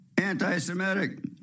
anti-Semitic